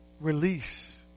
release